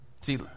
see